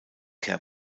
care